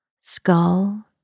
skull